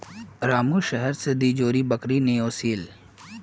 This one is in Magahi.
रामू शहर स दी जोड़ी बकरी ने ओसील